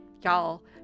Y'all